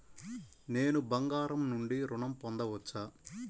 నేను బంగారం నుండి ఋణం పొందవచ్చా?